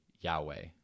Yahweh